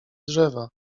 drzewa